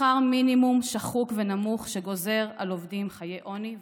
שכר מינימום שחוק ונמוך שגוזר על עובדים חיי עוני ועוד.